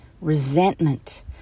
resentment